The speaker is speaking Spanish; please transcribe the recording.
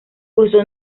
cursó